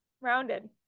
Rounded